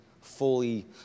fully